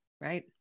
Right